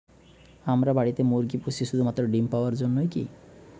আমরা বাড়িতে মুরগি পুষি শুধু মাত্র ডিম পাওয়ার জন্যই কী?